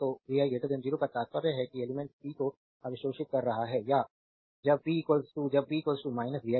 तो vi 0 का तात्पर्य है कि एलिमेंट्स p को अवशोषित कर रहा है या जब p जब p vi